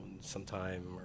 sometime